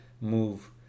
move